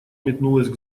метнулась